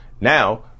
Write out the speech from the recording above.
now